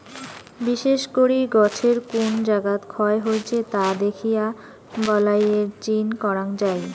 বিশেষ করি গছের কুন জাগাত ক্ষয় হইছে তা দ্যাখিয়া বালাইয়ের চিন করাং যাই